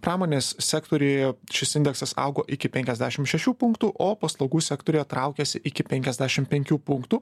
pramonės sektoriuje šis indeksas augo iki penkiasdešim šešių punktų o paslaugų sektoriuje traukiasi iki penkiasdešim penkių punktų